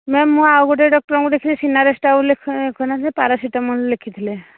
ma'am ମୁଁ ଆଉ ଗୋଟେ ଡକ୍ଟରଙ୍କୁ ଦେଖେଇଥିଲି ସିନାରେଷ୍ଟ୍ ଆଉ କ'ଣ ପରାସେଟାମୋଲ୍ ଲେଖିଥିଲେ